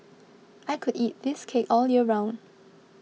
I could eat this cake all year round